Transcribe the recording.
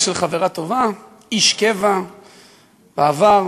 טובה, איש קבע בעבר,